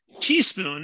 teaspoon